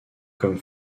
comme